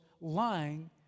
lying